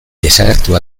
desagertu